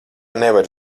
nevari